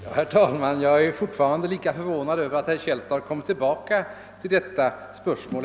Herr talman! Jag är alltjämt lika förvånad över att herr Källstad kommer tillbaka till detta spörsmål.